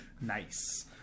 Nice